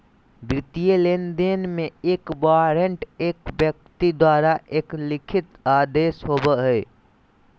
वित्तीय लेनदेन में, एक वारंट एक व्यक्ति द्वारा एक लिखित आदेश होबो हइ